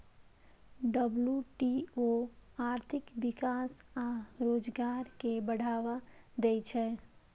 WTO आर्थिक विकास आ रोजगार कें बढ़ावा दै छै